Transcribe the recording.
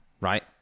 Right